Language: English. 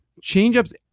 changeups